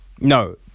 no